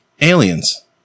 aliens